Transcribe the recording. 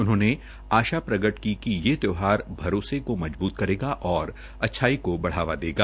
उन्होंने आशा प्रकट की कि ये त्यौहार भरोसे को मजबूत करेगा और अच्छाई को बढ़ावा देगा